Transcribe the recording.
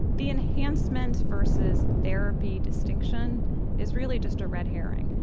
the enhancement versus therapy distinction is really just a red herring.